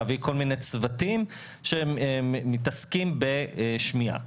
להביא כל מיני צוותים שמתעסקים בשמיעה.